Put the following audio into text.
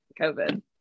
COVID